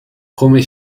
come